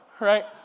right